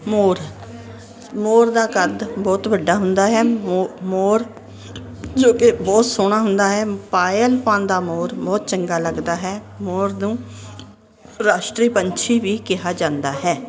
ਮੋਰ ਮੋਰ ਦਾ ਕੱਦ ਬਹੁਤ ਵੱਡਾ ਹੁੰਦਾ ਹੈ ਮੋਰ ਜੋ ਕਿ ਬਹੁਤ ਸੋਹਣਾ ਹੁੰਦਾ ਹੈ ਪਾਇਲ ਪਾਂਦਾ ਮੋਰ ਬਹੁਤ ਚੰਗਾ ਲੱਗਦਾ ਹੈ ਮੋਰ ਨੂੰ ਰਾਸ਼ਟਰੀ ਪੰਛੀ ਵੀ ਕਿਹਾ ਜਾਂਦਾ ਹੈ